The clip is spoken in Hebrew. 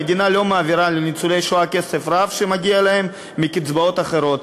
המדינה לא מעבירה לניצולי השואה כסף רב שמגיע להם מקצבאות אחרות,